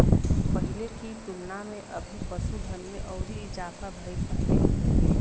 पहिले की तुलना में अभी पशुधन में अउरी इजाफा भईल बाटे